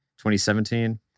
2017